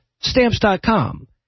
Stamps.com